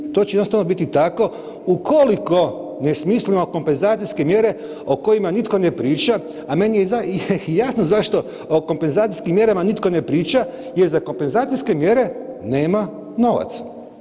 To će jednostavno biti tako ukoliko ne smislimo kompenzacijske mjere o kojima nitko ne priča, a meni je jasno zašto o kompenzacijskim mjerama nitko ne priča jer za kompenzacijske mjere nema novaca.